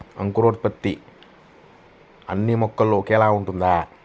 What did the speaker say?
అంకురోత్పత్తి అన్నీ మొక్కలో ఒకేలా ఉంటుందా?